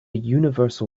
universal